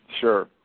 Sure